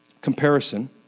Comparison